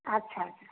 ଆଚ୍ଛା ଆଚ୍ଛା